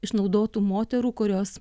išnaudotų moterų kurios